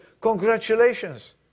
congratulations